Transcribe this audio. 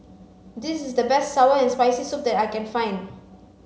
this is the best sour and spicy soup that I can find